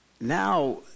Now